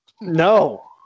No